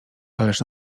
ależ